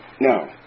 No